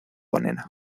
onena